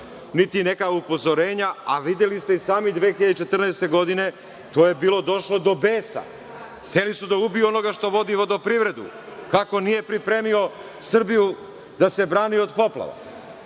niti neka upozorenja, a videli ste i sami 2014. godine da je bilo došlo do besa, hteli su da ubiju onoga što vodi vodoprivredu, kako nije pripremio Srbiju da se brani od poplava. Ja